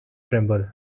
tremble